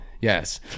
Yes